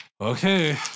Okay